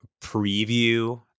preview